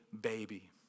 baby